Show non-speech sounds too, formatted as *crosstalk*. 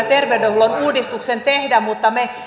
*unintelligible* terveydenhuollon uudistuksen tehdä mutta me